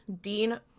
Dean